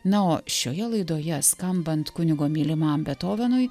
na o šioje laidoje skambant kunigo mylimam bethovenui